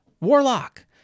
warlock